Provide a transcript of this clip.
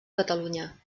catalunya